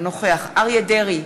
אינו נוכח אריה דרעי,